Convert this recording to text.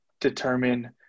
determine